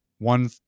one